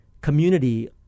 community